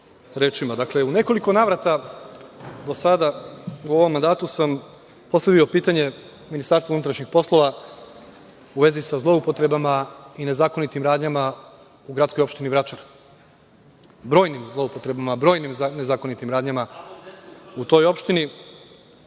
Dakle, u nekoliko navrata do sada u ovom mandatu sam postavio pitanje ministarstvu unutrašnjih poslova u vezi sa zloupotrebama i nezakonitim radnjama u gradskoj opštini Vračar, brojnim zloupotrebama, brojnim nezakonitim radnjama u toj opštini,